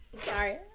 sorry